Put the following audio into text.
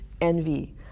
envy